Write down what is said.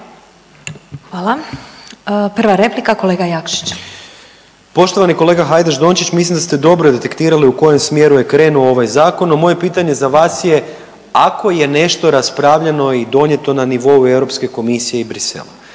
Hvala. Prva replika kolega Jakšić. **Jakšić, Mišel (SDP)** Poštovani kolega Hajdaš-Dončić mislim da ste dobro detektirali u kojem smjeru je krenuo ovaj zakon. No, moje pitanje za vas je ako je nešto raspravljeno i donijeto na nivou Europske komisije i Bruxellesa,